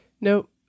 Nope